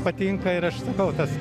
patinka ir aš sakau tas